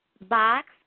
box